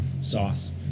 sauce